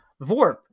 Vorp